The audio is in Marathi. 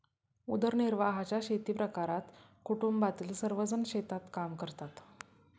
उदरनिर्वाहाच्या शेतीप्रकारात कुटुंबातील सर्वजण शेतात काम करतात